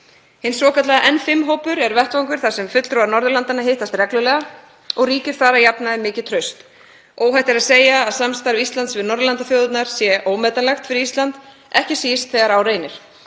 Hinn svokallaði N5-hópur er vettvangur þar sem fulltrúar Norðurlandanna hittast reglulega og ríkir þar að jafnaði mikið traust. Óhætt er að segja að samstarf Íslands við Norðurlandaþjóðirnar sé ómetanlegt fyrir Ísland, ekki síst þegar á reynir.